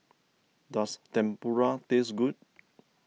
does Tempura taste good